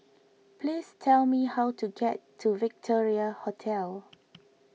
please tell me how to get to Victoria Hotel